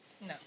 no